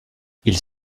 ils